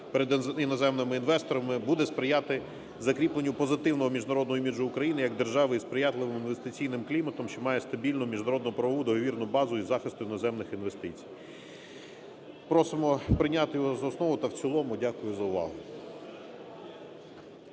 перед іноземними інвесторами, буде сприяти закріпленню позитивного міжнародного іміджу України як держави із сприятливим інвестиційним кліматом, що має стабільну міжнародну правову договірну базу із захисту іноземних інвестицій. Просимо прийняти його за основу та в цілому. Дякую за увагу.